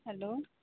hello